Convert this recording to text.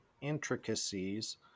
intricacies